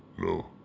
no